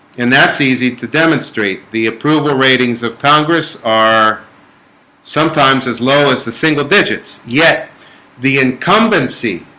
and that's easy to demonstrate the approval ratings of congress are sometimes as low as the single digits yet the incumbency